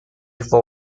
فوق